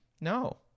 No